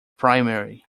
primary